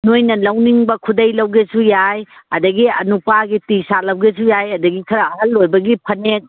ꯅꯣꯏꯅ ꯂꯧꯅꯤꯡꯕ ꯈꯨꯗꯩ ꯂꯧꯒꯦꯁꯨ ꯌꯥꯏ ꯑꯗꯒꯤ ꯅꯨꯄꯥꯒꯤ ꯇꯤ ꯁꯥꯔꯠ ꯂꯧꯒꯦꯁꯨ ꯌꯥꯏ ꯑꯗꯒꯤ ꯈꯔ ꯑꯍꯜ ꯑꯣꯏꯕꯒꯤ ꯐꯅꯦꯛ